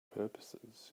purposes